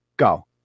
Go